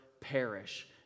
perish